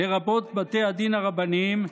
לרבות בתי הדין הרבניים,